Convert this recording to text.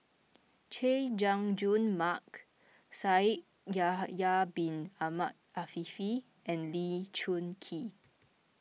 Chay Jung Jun Mark Shaikh Yahya Bin Ahmed Afifi and Lee Choon Kee